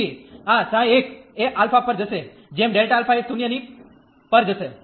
તેથી આ ξ 1 એ α પર જશે જેમ Δ α એ 0 ની પર જશે